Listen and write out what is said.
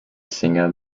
singer